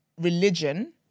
religion